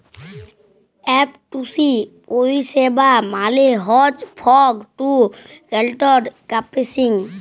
F two C পরিষেবা মালে হছ ফগ টু ক্লাউড কম্পিউটিং